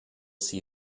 see